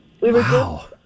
Wow